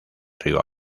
río